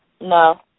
No